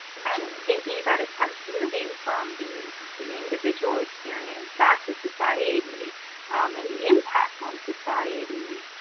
thinking about it kind of moving from the the individual experience back to society and the impact on society.